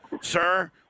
Sir